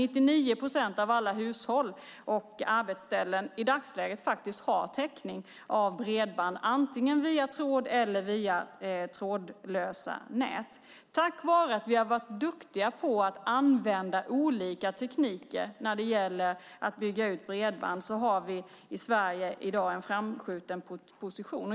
99 procent av alla hushåll och arbetsställen har i dagsläget bredbandstäckning, antingen via tråd eller via trådlösa nät. Tack vare att vi har varit duktiga på att använda olika tekniker när det gäller att bygga ut bredband har Sverige i dag en framskjuten position.